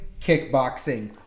kickboxing